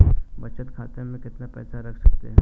बचत खाते में कितना पैसा रख सकते हैं?